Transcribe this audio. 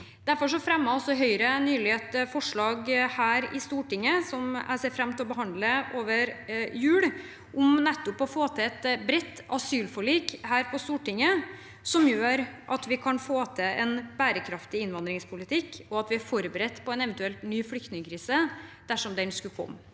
Derfor fremmet Høyre nylig et forslag her i Stortinget som jeg ser fram til å behandle over jul, om nettopp å få til et bredt asylforlik på Stortinget som gjør at vi kan få til en bærekraftig innvandringspolitikk, og at vi er forberedt på en eventuell ny flyktningkrise dersom den skulle komme.